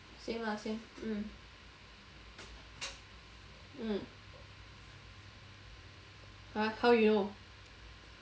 same lah same hmm mm !huh! how you know